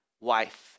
wife